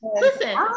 Listen